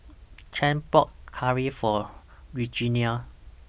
Chante bought Curry For Regenia